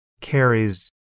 carries